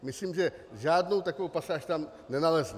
Myslím, že žádnou takovou pasáž tam nenalezneme.